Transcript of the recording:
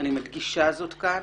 אני מדגישה זאת כאן